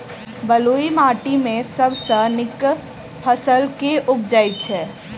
बलुई माटि मे सबसँ नीक फसल केँ उबजई छै?